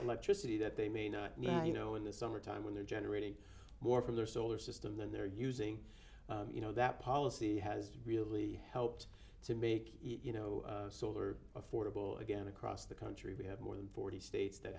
electricity that they may not now you know in the summertime when you're generating more for their solar system than they're using you know that policy has really helped to make you know solar affordable again across the country we have more than forty states that